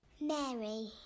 Mary